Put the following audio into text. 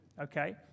okay